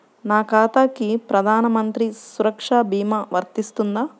నా ఖాతాకి ప్రధాన మంత్రి సురక్ష భీమా వర్తిస్తుందా?